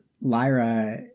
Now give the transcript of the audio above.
lyra